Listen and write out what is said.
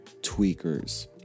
Tweakers